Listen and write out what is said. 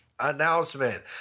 announcement